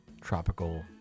Tropical